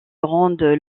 rendent